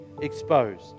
exposed